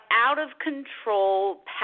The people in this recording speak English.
out-of-control